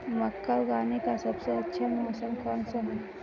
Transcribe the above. मक्का उगाने का सबसे अच्छा मौसम कौनसा है?